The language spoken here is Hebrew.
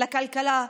לכלכלה,